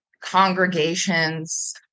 congregations